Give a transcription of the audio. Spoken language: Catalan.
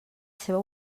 seva